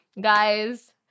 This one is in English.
Guys